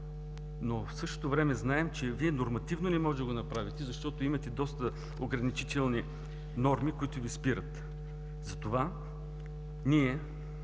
но в същото време знаем, че Вие нормативно не можете да го направите, защото имате доста ограничителни норми, които Ви спират. Затова ние